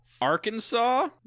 Arkansas